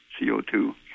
CO2